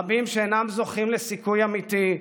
רבים שאינם זוכים לסיכוי אמיתי,